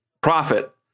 Profit